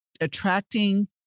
attracting